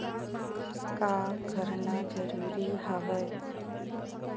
का करना जरूरी हवय?